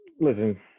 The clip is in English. listen